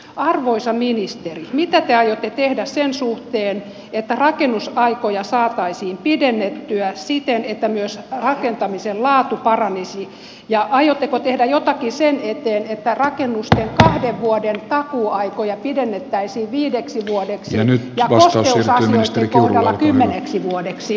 arvoisa ministeri mitä te aiotte tehdä sen suhteen että rakennusaikoja saataisiin pidennettyä siten että myös rakentamisen laatu paranisi ja aiotteko tehdä jotakin sen eteen että rakennusten kahden vuoden takuuaikoja pidennettäisiin viideksi vuodeksi ja kosteusasioitten kohdalla kymmeneksi vuodeksi